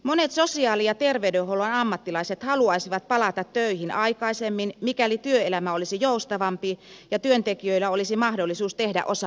monet sosiaali ja terveydenhuollon ammattilaiset haluaisivat palata töihin aikaisemmin mikäli työelämä olisi joustavampi ja työntekijöillä olisi mahdollisuus tehdä osa aikatyötä